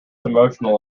emotional